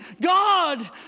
God